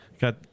got